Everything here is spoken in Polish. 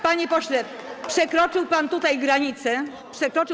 Panie pośle, przekroczył pan tutaj granice.